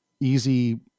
easy